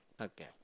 okay